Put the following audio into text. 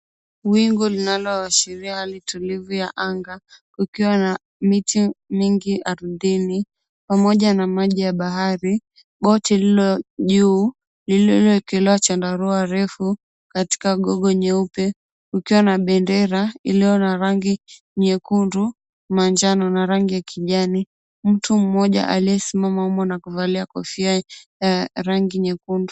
Wingu linaloashiria hali tulivu ya anga, kukiwa na miti mingi ardhini pamoja na maji ya bahari. Boti lililo juu lililowekelewa chandarua refu katika gogo nyeupe ukiwa na bendera iliyo na rangi nyekundu, manjano na rangi ya kijani. Mtu mmoja aliyesimama humo na kuvalia kofia ya rangi nyekundu.